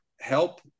help